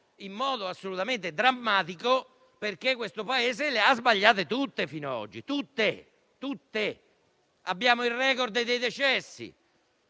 in modo assolutamente drammatico, perché il Paese le ha sbagliate tutte fino a oggi. Abbiamo il *record* dei decessi